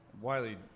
Wiley